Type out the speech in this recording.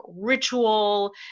ritual